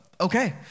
okay